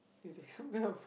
is the